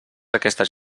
aquestes